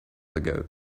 ago